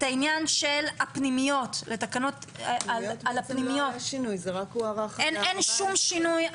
את העניין של הפנימיות, אין שום שינוי.